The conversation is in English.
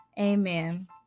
amen